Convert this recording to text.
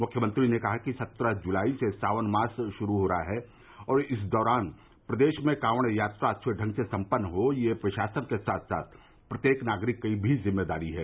मुख्यमंत्री ने कहा कि सत्रह जुलाई से सावन मास शुरू हो रहा है और इस दौरान प्रदेश में कॉवड़ यात्रा अच्छे ढंग से सम्पन्न हो यह प्रशासन के साथ साथ प्रत्येक नागरिक की भी जिम्मेदारी है